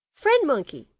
friend monkey,